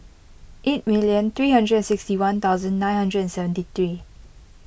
eight million three hundred and sixty one thousand nine hundred and seventy three